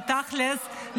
אבל תכלס,